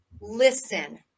listen